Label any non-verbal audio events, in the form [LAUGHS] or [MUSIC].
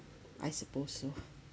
I suppose so [LAUGHS]